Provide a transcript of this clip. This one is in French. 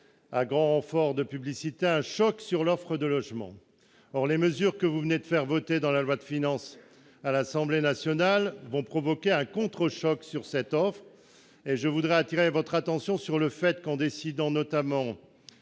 à grand renfort de publicité, un choc sur l'offre de logements. Or les mesures que vous venez de faire voter à l'Assemblée nationale dans la loi de finances vont provoquer un contre-choc sur cette offre. Je voudrais attirer votre attention sur le fait qu'en décidant, notamment,